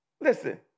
Listen